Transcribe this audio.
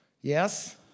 Yes